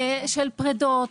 של פרידות,